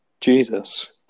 Jesus